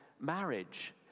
marriage